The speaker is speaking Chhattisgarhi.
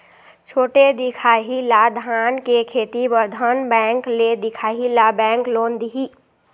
छोटे दिखाही ला धान के खेती बर धन बैंक ले दिखाही ला बैंक लोन दिही?